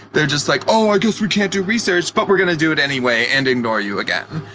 they're just like, oh, i guess we can't do research. but we're going to do it anyway and ignore you again.